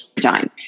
time